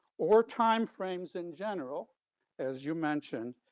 or time frames in general as you mentioned,